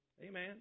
Amen